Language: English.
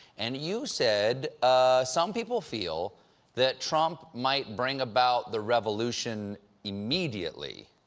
and you said some people feel that trump might bring about the revolution immediately.